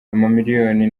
amamiliyoni